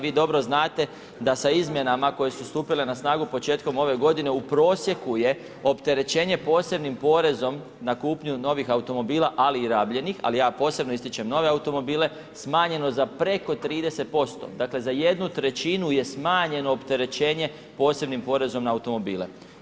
Vi dobro znate da sa izmjenama koje su stupile na snagu početkom ove godine u prosjeku je opterećenje posebnim porezom n kupnju novih automobila ali i rabljenih, ali ja posebno ističem nove automobile, smanjeno za preko 30%, dakle za 1/3 je smanjeno opterećenje posebnim porezom na automobile.